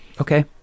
okay